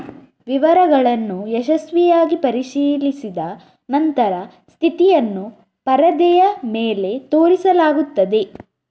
ವಿವರಗಳನ್ನು ಯಶಸ್ವಿಯಾಗಿ ಪರಿಶೀಲಿಸಿದ ನಂತರ ಸ್ಥಿತಿಯನ್ನು ಪರದೆಯ ಮೇಲೆ ತೋರಿಸಲಾಗುತ್ತದೆ